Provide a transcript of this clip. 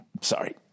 Sorry